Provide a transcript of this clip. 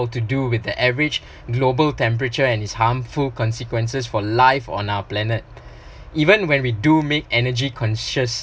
to do with the average global temperature and is harmful consequences for life on our planet even when we do make energy conscious